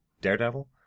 Daredevil